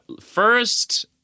first